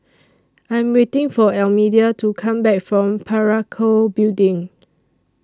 I Am waiting For Almedia to Come Back from Parakou Building